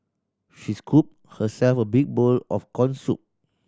she scooped herself a big bowl of corn soup